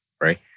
right